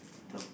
the